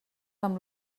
amb